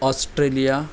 Australia